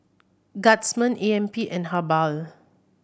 Guardsman A M P and Habhal